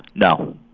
no